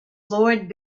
lord